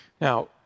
Now